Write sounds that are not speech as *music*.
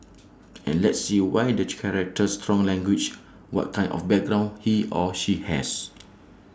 and let's see why the *unintelligible* character strong language what kind of background he or she has